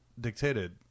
dictated